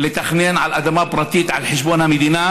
לתכנן על אדמה פרטית על חשבון המדינה,